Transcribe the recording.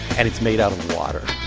and it's made out of water